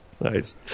nice